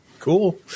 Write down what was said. Cool